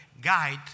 guide